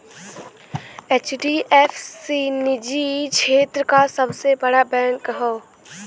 HDFC निजी क्षेत्र क सबसे बड़ा बैंक हौ